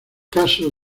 caso